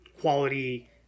quality